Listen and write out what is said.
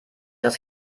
das